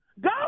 Go